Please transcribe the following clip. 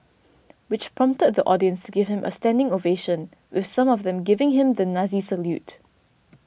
which prompted the audience to give him a standing ovation with some of them giving him the Nazi salute